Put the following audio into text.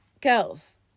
Girls